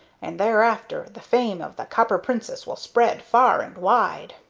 and thereafter the fame of the copper princess will spread far and wide.